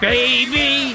Baby